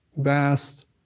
vast